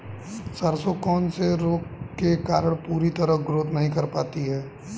सरसों कौन से रोग के कारण पूरी तरह ग्रोथ नहीं कर पाती है?